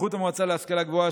ובסמכות המועצה להשכלה גבוהה,